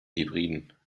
hebriden